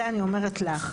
זה אני אומרת לך,